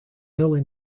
early